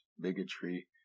bigotry